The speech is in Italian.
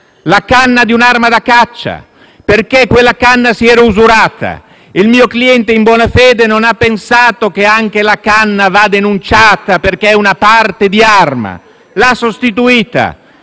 quella di un'arma da caccia, perché quella si era usurata. Il mio cliente in buona fede non ha pensato che anche la canna andava denunciata perché parte di un'arma, ma l'ha sostituita.